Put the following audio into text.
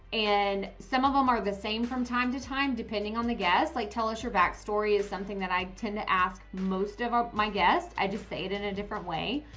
and some of them are the same from time to time, depending on the guests like tell us your backstory is something that i tend to ask most of my guests, i just say it in a different way.